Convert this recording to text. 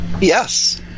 yes